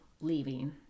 leaving